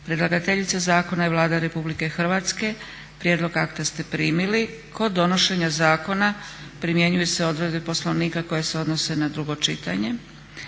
Predlagateljica zakona je Vlada RH. Prijedlog akta ste primili. Kod donošenja zakona primjenjuju se odredbe Poslovnika koje se odnose na drugo čitanje.